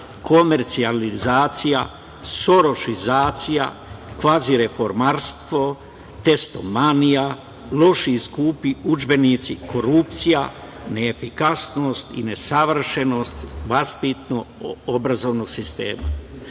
komercijalizacija, sorošizacija, kvazirefomarstvo, testomanija, loši i skupi udžbenici, korupcija, neefikasnost i nesavršenost vaspitno-obrazovnog